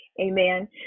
amen